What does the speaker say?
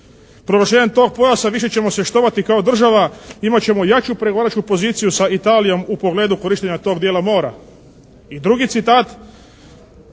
Proglašenjem tog pojasa više ćemo se štovati kao država, imat ćemo jaču pregovaračku poziciju sa Italijom u pogledu korištenja tog dijela mora.". I drugi citat: